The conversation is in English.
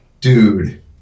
Dude